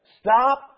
Stop